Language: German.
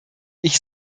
ich